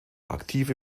aktive